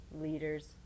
leaders